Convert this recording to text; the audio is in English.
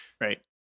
right